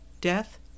death